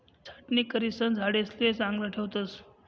छाटणी करिसन झाडेसले चांगलं ठेवतस